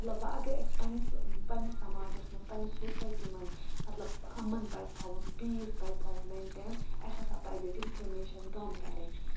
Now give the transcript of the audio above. مطلب وٕ اگر اَسہِ پنٛنِس پنٛنِس سماجَس منٛز پنٛنہِ سوسایٹی منٛز مطلب اَمَن پَزِ تھاوُن پیٖس پَزِ تھاوُن مٮ۪نٹین اَسہِ ہَسا پَزِ ڈِسکرٛمنیشَن کَم کَرٕنۍ